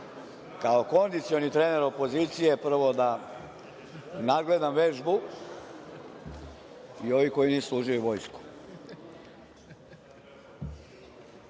kao kondicioni trener opozicije, prvo da nadgledam vežbu i ovih koji nisu služili vojsku.